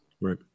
Right